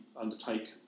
undertake